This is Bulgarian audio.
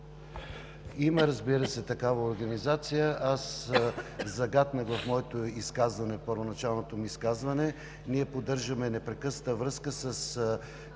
има, разбира се, такава организация, аз загатнах в моето първоначално изказване. Ние поддържаме непрекъсната връзка със